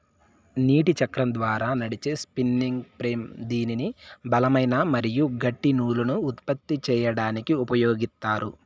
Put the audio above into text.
నీటి చక్రం ద్వారా నడిచే స్పిన్నింగ్ ఫ్రేమ్ దీనిని బలమైన మరియు గట్టి నూలును ఉత్పత్తి చేయడానికి ఉపయోగిత్తారు